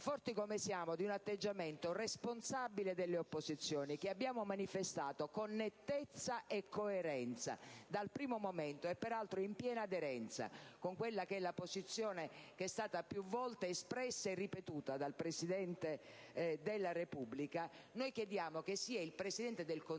Forti come siamo dell'atteggiamento responsabile delle opposizioni, che abbiamo manifestato con nettezza e coerenza dal primo momento e peraltro in piena aderenza con la posizione che è stata più volte espressa e ripetuta dal Presidente della Repubblica, noi chiediamo che sia il Presidente del Consiglio